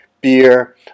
beer